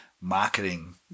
marketing